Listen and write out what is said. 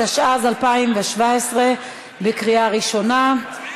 התשע"ז 2017, בקריאה ראשונה.